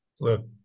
Look